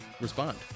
respond